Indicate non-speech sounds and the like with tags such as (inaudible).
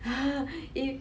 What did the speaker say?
(laughs) if